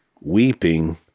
weeping